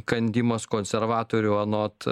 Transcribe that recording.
kandimas konservatorių anot